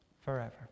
forever